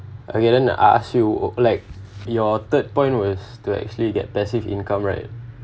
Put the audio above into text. okay then I ask you like your third point was to actually get passive income right